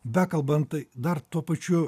bekalbant tai dar tuo pačiu